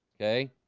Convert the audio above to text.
okay?